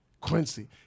Quincy